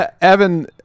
Evan